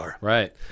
Right